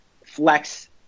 flex